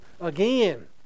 again